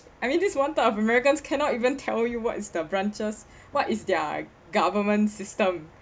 I mean this one type of americans cannot even tell you what is the branches what is their government system